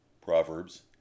Proverbs